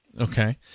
Okay